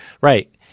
Right